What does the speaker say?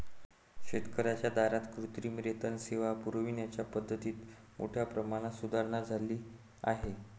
शेतकर्यांच्या दारात कृत्रिम रेतन सेवा पुरविण्याच्या पद्धतीत मोठ्या प्रमाणात सुधारणा झाली आहे